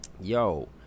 yo